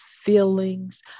feelings